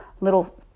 little